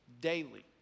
daily